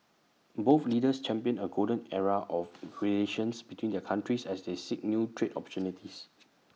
both leaders championed A golden era of relations between their countries as they seek new trade opportunities